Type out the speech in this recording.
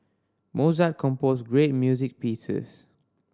Mozart composed great music pieces